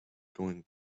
going